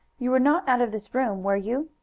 you were not out of this room, were you?